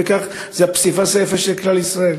וזה הפסיפס היפה של כלל ישראל.